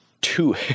Two